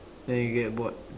then you get bored